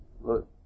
Look